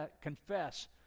confess